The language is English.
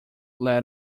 let